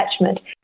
attachment